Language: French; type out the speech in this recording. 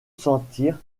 sentir